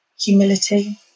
Humility